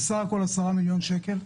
זה בסך הכול 10 מיליון שקל.